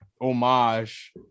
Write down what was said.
homage